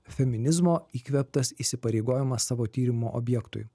feminizmo įkvėptas įsipareigojimas savo tyrimo objektui